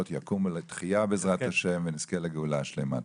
יקומו לתחייה בעזרת ה' ונזכה לגאולה שלמה.